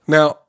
Now